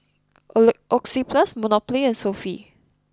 Oli Oxyplus Monopoly and Sofy